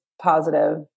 positive